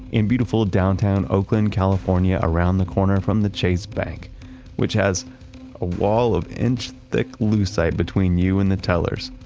in beautiful downtown oakland, california around the corner from the chase bank which has a wall of inch thick lose site between you and the tellers.